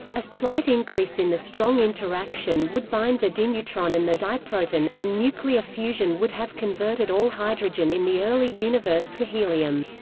a slight increase in the strong interaction would bind the dineutron and the diproton, and nuclear fusion would have converted all hydrogen in the early universe to helium.